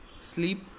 sleep